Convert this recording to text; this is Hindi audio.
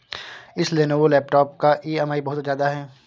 इस लेनोवो लैपटॉप का ई.एम.आई बहुत ज्यादा है